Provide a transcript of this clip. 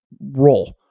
roll